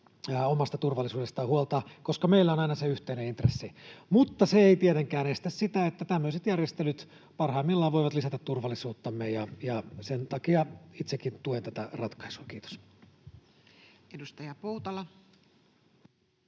omasta turvallisuudestaan huolta, koska meillä on aina se yhteinen intressi. Mutta se ei tietenkään estä sitä, että tämmöiset järjestelyt parhaimmillaan voivat lisätä turvallisuuttamme, ja sen takia itsekin tuen tätä ratkaisua. — Kiitos. [Speech 69]